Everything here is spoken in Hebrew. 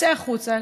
צא החוצה,